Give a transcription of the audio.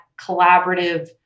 collaborative